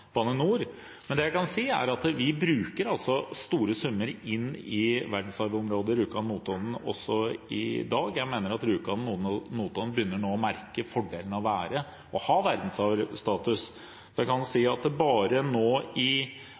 Bane NOR. Det jeg kan si, er at vi bruker store summer på verdensarvområdet Rjukan–Notodden også i dag. Jeg mener at Rjukan–Notodden nå begynner å merke fordelen av å ha verdensarvstatus. Bare i år brukes det